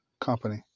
company